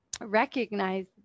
recognize